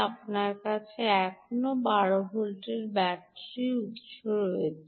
আপনার কাছে এখনও 12 ভোল্টের ব্যাটারি উত্স রয়েছে